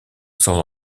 sans